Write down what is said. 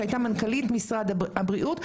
שהייתה מנכ"לית משרד האוצר,